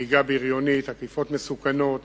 נהיגה בריונית, עקיפות מסוכנות,